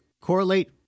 correlate